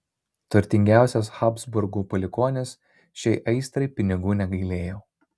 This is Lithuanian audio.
turtingiausias habsburgų palikuonis šiai aistrai pinigų negailėjo